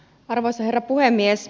arvoisa herra puhemies